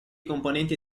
componenti